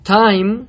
time